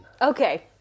Okay